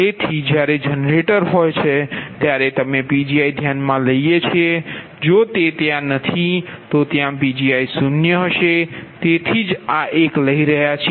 તેથી જ્યારે જનરેટર હોય છે ત્યારે અમે Pgi ધ્યાનમાં લઈએ છીએ જો તે ત્યાં નથી તો ત્યાં Pgi0 છે તેથી જ આ એક લઈ રહ્યા છીએ